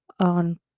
On